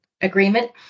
agreement